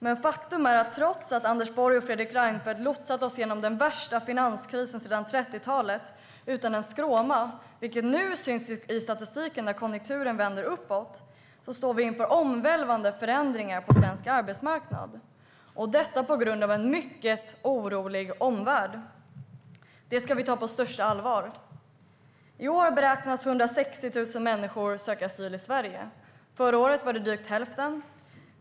Men faktum är att trots att Anders Borg och Fredrik Reinfeldt har lotsat oss genom den värsta finanskrisen sedan 30-talet utan en skråma, vilket nu syns i statistiken när konjunkturen vänder uppåt, står vi inför omvälvande förändringarar på svensk arbetsmarknad, detta på grund av en mycket orolig omvärld. Det ska vi ta på största allvar. I år beräknas 160 000 människor söka asyl i Sverige. Förra året var det drygt hälften.